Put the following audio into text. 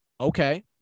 Okay